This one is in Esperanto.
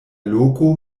loko